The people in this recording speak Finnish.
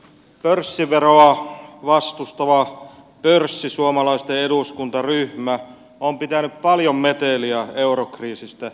pörssiveroa vastustava pörssisuomalaisten eduskuntaryhmä on pitänyt paljon meteliä eurokriisistä